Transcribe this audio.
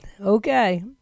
Okay